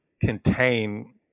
contain